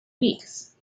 weeks